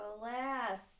Alas